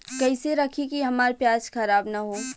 कइसे रखी कि हमार प्याज खराब न हो?